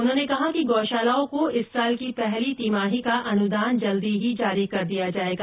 उन्होंने कहा कि गौशालाओं को इस साल की पहली तिमाही का अनुदान जल्द ही जारी कर दिया जाएगा